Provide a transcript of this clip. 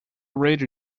radio